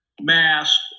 mask